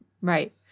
Right